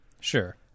Sure